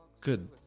Good